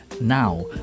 Now